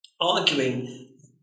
arguing